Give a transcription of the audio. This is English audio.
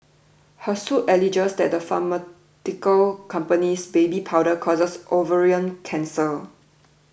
her suit alleges that the pharmaceutical company's baby powder causes ovarian cancer